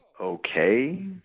Okay